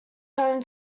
home